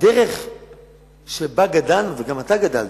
הדרך שבה גדלנו, וגם אתה גדלת,